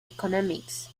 economics